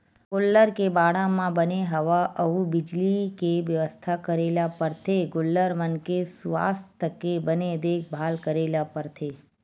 गोल्लर के बाड़ा म बने हवा अउ बिजली के बेवस्था करे ल परथे गोल्लर मन के सुवास्थ के बने देखभाल करे ल परथे